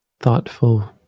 thoughtful